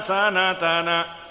Sanatana